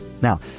Now